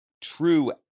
true